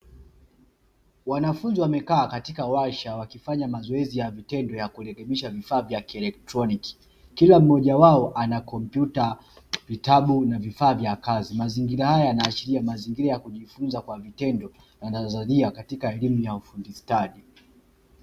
Wanafunzi wamekaa katika warsha wakifanya mazoezi ya vitendo ya kurekebisha vifaa vya kielektroniki, kila mmoja wao ana kompyuta, vitabu na vifaa vya kazi. Mazingira haya yanaashiria mazingira ya kujifunza kwa vitendo na nadharia katika elimu ya ufundi stadi.